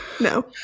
No